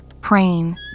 praying